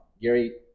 Gary